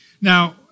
Now